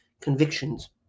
convictions